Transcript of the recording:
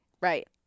Right